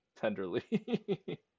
Tenderly